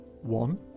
one